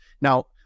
Now